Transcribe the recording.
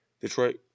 Detroit